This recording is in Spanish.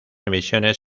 emisiones